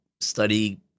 study